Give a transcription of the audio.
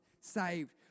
saved